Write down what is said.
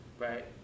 Right